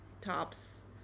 tops